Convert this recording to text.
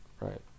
right